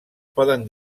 poden